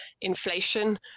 inflation